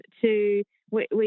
to—we